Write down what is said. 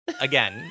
Again